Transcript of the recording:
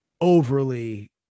overly